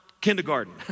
kindergarten